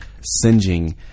singeing